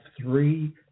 three